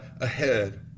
ahead